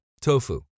TOFU